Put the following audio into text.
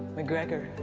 mcgregor,